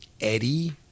Eddie